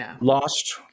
lost